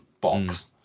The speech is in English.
box